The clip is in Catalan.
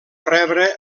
rebre